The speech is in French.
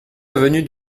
avenue